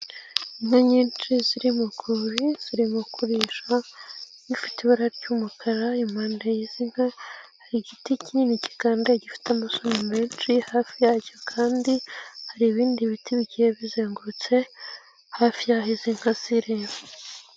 Inka nyinshi ziri mu rwuri, zirimo kurisha bifite ibara ry'umukara, impande y'izi nka, hari igiti kinini kigandaye, gifite amashami menshi, hafi yacyo kandi hari ibindi biti bigiye bizengurutse, hafi y'aho izi nka ziri.